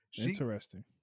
interesting